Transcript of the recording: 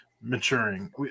maturing